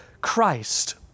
Christ